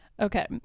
Okay